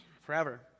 forever